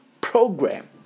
program